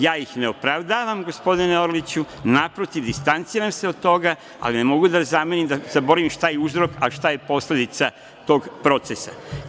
Ja ih ne opravdavam, gospodine Orliću, naprotiv, distanciram se od toga, ali ne mogu da zaboravim šta je uzrok, a šta je posledica tog procesa.